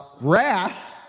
Wrath